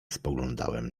spoglądałem